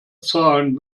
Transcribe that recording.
zahlen